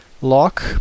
lock